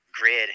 grid